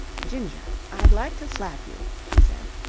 ginger, i'd like to slap you, she said.